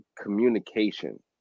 communication